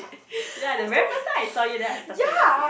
ya the very first time I saw you then I started laughing